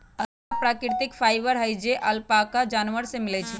alpaca प्राकृतिक fibre हई जे अल्पाका जानवर से मिलय छइ